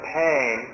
pain